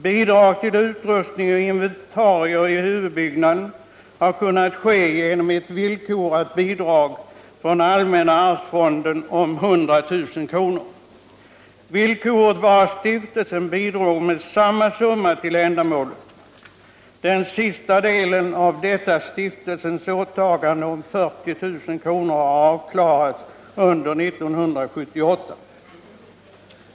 Bidrag till utrustning och inventarier i huvudbyggnaden har kunnat ske genom ett villkorat bidrag från Allmänna arvsfonden om 100 000 kr. Villkoret var att stiftelsen bidrog med samma summa till ändamålet. Den sista delen av detta stiftelsens åtagande om 40 000 kr. har avklarats under 1978.